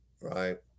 Right